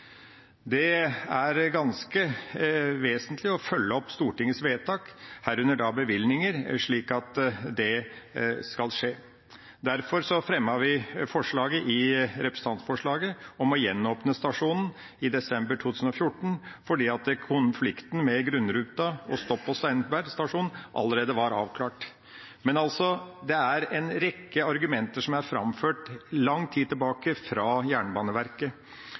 Det er ganske vesentlig å følge opp Stortingets vedtak, herunder bevilgninger, slik at det skal skje. Derfor fremmet vi representantforslaget om å gjenåpne stasjonen i desember 2014 – fordi konflikten med grunnruta og stopp på Steinberg stasjon allerede var avklart. Men det er en rekke argumenter som er framført i lang tid tilbake fra Jernbaneverket,